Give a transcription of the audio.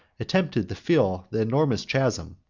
attempted to fill the enormous chasm,